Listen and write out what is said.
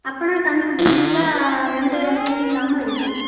அப்போன்னா கன்னுக்குட்டி நீட்டாக எந்த நோயும் இல்லாமல் இருக்கும்